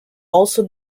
also